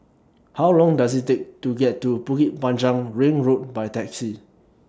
How Long Does IT Take to get to Bukit Panjang Ring Road By Taxi